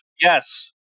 Yes